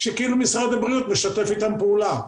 כאילו משרד הבריאות משתף איתן פעולה.